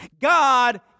God